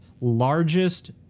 largest